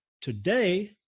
today